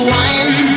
one